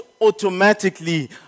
automatically